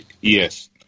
Yes